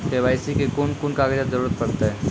KYC मे कून कून कागजक जरूरत परतै?